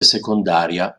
secondaria